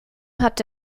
hatte